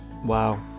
Wow